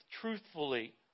truthfully